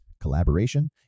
collaboration